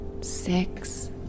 six